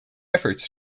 efforts